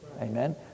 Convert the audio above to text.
Amen